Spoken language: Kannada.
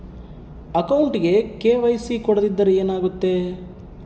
ಅಕೌಂಟಗೆ ಕೆ.ವೈ.ಸಿ ಕೊಡದಿದ್ದರೆ ಏನಾಗುತ್ತೆ?